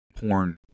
porn